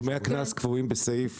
סכומי הקנס קבועים בסעיף